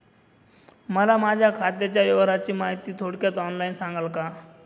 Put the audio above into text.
मला माझ्या खात्याच्या व्यवहाराची माहिती थोडक्यात ऑनलाईन सांगाल का?